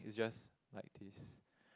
it's just like this